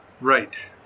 Right